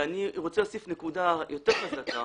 ואני ירוצה להוסיף נקודה יתר חזקה